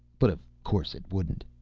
but of course it wouldn't.